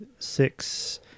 six